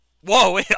Whoa